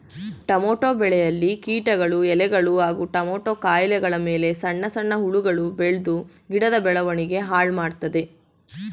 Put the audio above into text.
tomato ಬೆಳೆಯಲ್ಲಿ ಕೀಟಗಳು ಎಲೆಗಳು ಹಾಗೂ ಟಮೋಟ ಕಾಯಿಗಳಮೇಲೆ ಸಣ್ಣ ಸಣ್ಣ ಹುಳಗಳು ಬೆಳ್ದು ಗಿಡದ ಬೆಳವಣಿಗೆ ಹಾಳುಮಾಡ್ತದೆ